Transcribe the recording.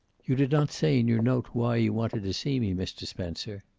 you did not say in your note why you wanted to see me, mr. spencer.